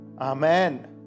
Amen